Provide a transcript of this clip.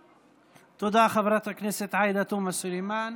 תודה, חברת הכנסת עאידה תומא סלימאן.